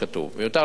מיותר לציין